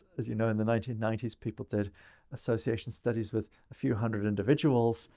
as you know, in the nineteen ninety s people did association studies with a few hundred individuals.